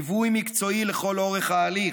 ליווי מקצועי לכל אורך ההליך,